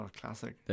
classic